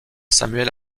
samuel